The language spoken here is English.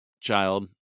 child